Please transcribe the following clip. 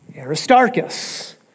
Aristarchus